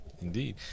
indeed